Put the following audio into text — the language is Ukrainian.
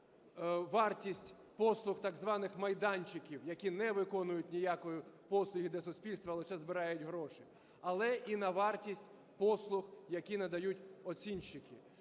на вартість послуг так званих майданчиків, які не виконують ніякої послуги для суспільства, а лише збирають гроші, але і на вартість послуг, які надають оцінщики.